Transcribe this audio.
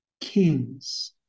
kings